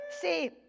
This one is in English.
see